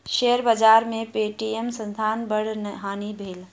share बाजार में Paytm संस्थानक बड़ हानि भेल